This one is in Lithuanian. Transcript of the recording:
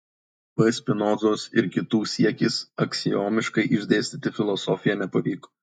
b spinozos ir kitų siekis aksiomiškai išdėstyti filosofiją nepavyko